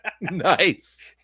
Nice